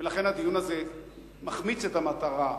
לכן הדיון הזה מחמיץ את המטרה,